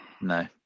No